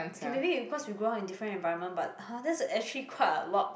okay maybe because we grow up in different environment but !huh! that's actually quite a lot